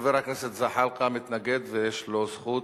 חבר הכנסת זחאלקה מתנגד, ויש לו זכות